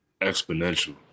Exponential